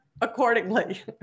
accordingly